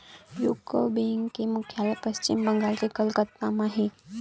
UCO bank के मुख्यालय पस्चिम बंगाल के कलकत्ता म हे